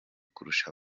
kurusha